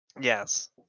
Yes